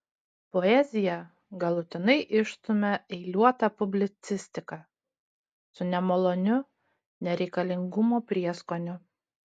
poeziją galutinai išstumia eiliuota publicistika su nemaloniu nereikalingumo prieskoniu